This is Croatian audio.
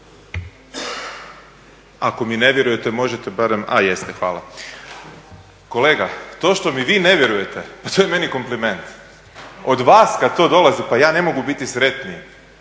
Ako mi ne vjerujete, možete barem, a jeste, hvala. Kolega, to što mi ne vjerujete, pa to je meni kompliment. Od vas kad to dolazi, pa ja ne mogu biti sretniji,